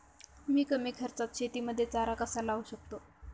मी कमी खर्चात शेतीमध्ये चारा कसा लावू शकतो?